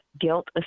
guilt